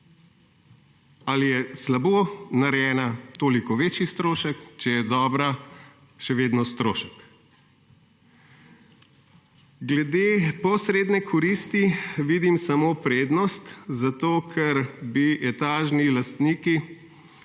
Ali je slabo narejena toliko večji strošek, če je dobra, še vedno strošek. Glede posredne koristi vidim samo prednost zato, ker bi etažni lastniki